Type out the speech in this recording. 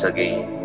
Again